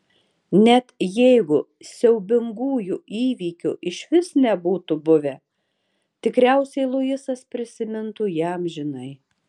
net jeigu siaubingųjų įvykių išvis nebūtų buvę tikriausiai luisas prisimintų ją amžinai